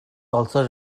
also